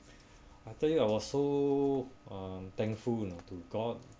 I tell you I was so um thankful you know to god